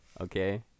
okay